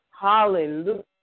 Hallelujah